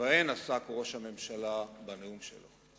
שבהן עסק ראש הממשלה בנאום שלו.